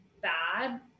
bad